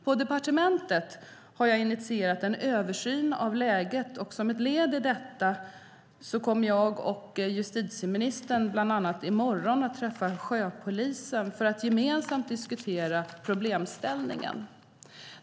På departementet har jag initierat en översyn av läget, och som ett led i detta kommer jag och justitieministern att träffa sjöpolisen i morgon för att gemensamt diskutera problemställningen.